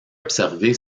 observer